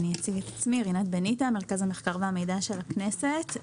אני ממרכז המחקר והמידע של הכנסת.